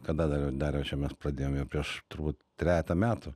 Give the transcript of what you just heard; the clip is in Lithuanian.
kada dar dariau čia mes pradėjom jau prieš turbūt trejetą metų